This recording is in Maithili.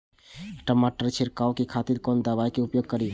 टमाटर छीरकाउ के खातिर कोन दवाई के उपयोग करी?